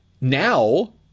now